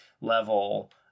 level